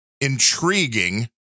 intriguing